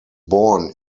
born